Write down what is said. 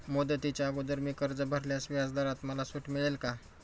मुदतीच्या अगोदर मी कर्ज भरल्यास व्याजदरात मला सूट मिळेल का?